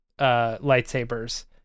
lightsabers